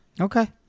Okay